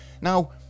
now